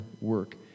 work